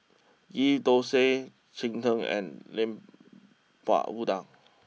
Ghee Thosai Cheng Tng and Lemper Udang